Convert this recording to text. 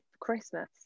Christmas